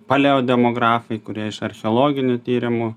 paleodemografai kurie iš archeologinių tyrimų